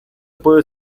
puede